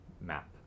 map